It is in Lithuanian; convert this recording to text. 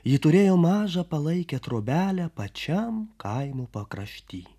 ji turėjo mažą palaikę trobelę pačiam kaimo pakrašty